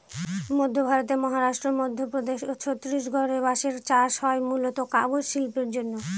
মধ্য ভারতের মহারাষ্ট্র, মধ্যপ্রদেশ ও ছত্তিশগড়ে বাঁশের চাষ হয় মূলতঃ কাগজ শিল্পের জন্যে